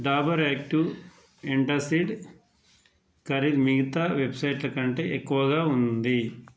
Dabur active antacid ఖరీదు మిగతా వెబ్సైట్ల కంటే ఎక్కువగా ఉంది